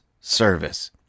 service